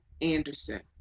Anderson